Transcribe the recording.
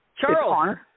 Charles